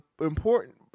important